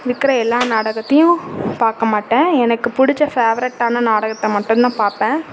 இருக்கிற எல்லா நாடகத்தையும் பார்க்க மாட்டேன் எனக்கு பிடிச்ச ஃபேவரெட்டான நாடகத்தை மட்டும்தான் பார்ப்பேன்